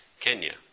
Kenya